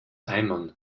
eimern